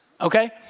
Okay